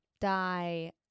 Die